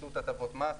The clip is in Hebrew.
--- הטבות מס,